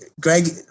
Greg